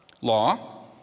law